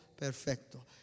perfecto